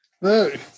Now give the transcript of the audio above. Look